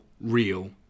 real